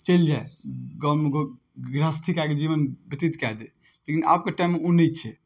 चलि जाइ गाममे गृहस्थी कए कऽ जीवन व्यतीत कए दै लेकिन आबके टाइममे ओ नहि छै